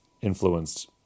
influenced